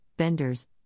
vendors